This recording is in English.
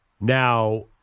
Now